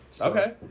Okay